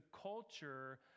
culture